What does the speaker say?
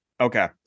Okay